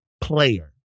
player